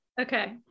okay